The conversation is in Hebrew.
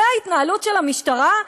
זאת ההתנהלות של המשטרה?